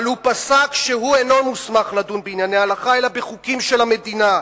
אבל הוא פסק שהוא אינו מוסמך לדון בענייני הלכה אלא בחוקים של המדינה,